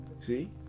See